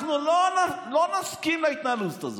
אנחנו לא נסכים להתנהלות הזאת,